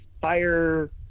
fire